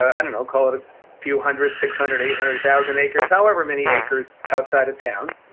i don't know, call it a few hundred, six hundred, eight hundred thousand acres. however many acres outside of town.